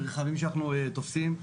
רכבים שאנחנו תופסים.